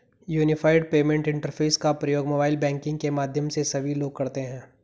unified payment interface का प्रयोग mobile banking के माध्यम से सभी लोग करते हैं